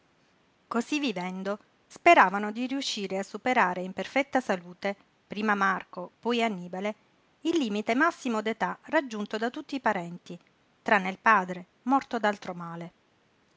cosí vivendo speravano di riuscire a superare in perfetta salute prima marco poi annibale il limite massimo d'età raggiunto da tutti i parenti tranne il padre morto d'altro male